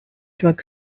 drug